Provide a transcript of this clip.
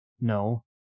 no